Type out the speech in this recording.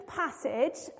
passage